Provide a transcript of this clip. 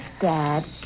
Dad